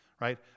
right